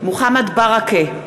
מוחמד ברכה,